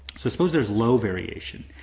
so suppose there's low variation.